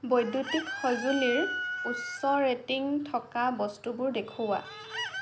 বৈদ্যুতিক সঁজুলিৰ উচ্চ ৰেটিং থকা বস্তুবোৰ দেখুওৱা